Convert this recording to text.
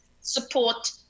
support